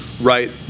right